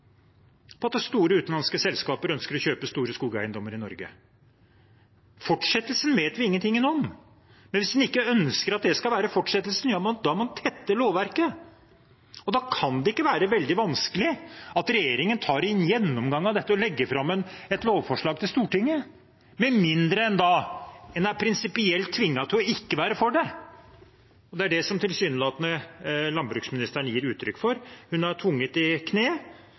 på at store utenlandske selskaper ønsker å kjøpe store skogeiendommer i Norge. Fortsettelsen vet vi ingenting om, men hvis man ikke ønsker at det skal fortsette, må man tette lovverket. Og da kan det ikke være veldig vanskelig at regjeringen tar en gjennomgang av dette og legger fram et lovforslag for Stortinget, med mindre man da er prinsipielt tvunget til ikke å være for det. Og det er det landbruksministeren tilsynelatende gir uttrykk for. Hun er tvunget i kne